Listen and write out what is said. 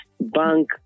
bank